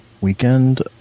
weekend